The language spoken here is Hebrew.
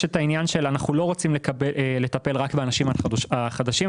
אנחנו לא רוצים לטפל רק באנשים החדשים,